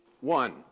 one